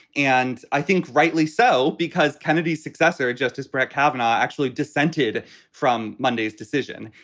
and i think rightly so, because kennedy's successor, justice brett kavanaugh, actually dissented from monday's decision.